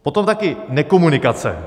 Potom také nekomunikace.